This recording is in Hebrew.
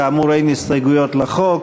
כאמור, אין הסתייגויות לחוק.